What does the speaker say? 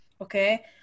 okay